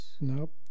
Nope